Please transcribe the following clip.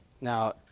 Now